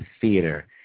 Theater